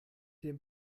dem